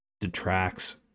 detracts